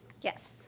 Yes